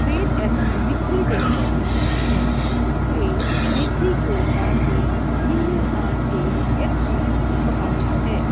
ਫੇਰ ਇਸ ਨੂੰ ਮਿਕਸੀ ਦੇ ਵਿੱਚ ਪੀਸਣਾ ਹੈ ਫੇਰ ਦੇਸੀ ਘਿਓ ਪਾ ਕੇ ਨਿੰਮੀ ਆਂਚ 'ਤੇ ਇਸ ਨੂੰ ਪਕਾਉਣਾ ਹੈ